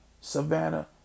savannah